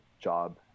job